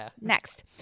Next